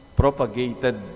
propagated